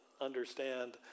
understand